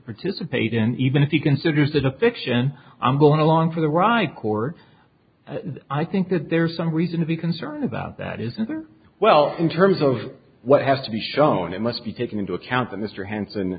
participate in even if he considers that a fiction i'm going along for the ride court i think that there's some reason to be concerned about that is another well in terms of what has to be shown it must be taken into account that mr hanssen